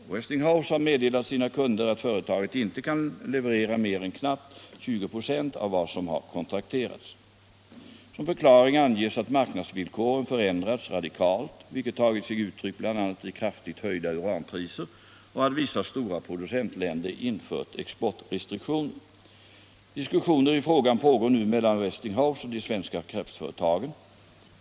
Westinghouse har meddelat sina kunder att företaget inte kan leverera mer än knappt 20 96 av vad som har kontrakterats. Som förklaring anges att marknadsvillkoren förändrats radikalt, vilket tagit sig uttryck bl.a. i kraftigt höjda uranpriser, och att vissa stora producentländer infört exportrestriktioner. Diskussioner i frågan pågår nu mellan Westinghouse och de svenska kraftföretagen.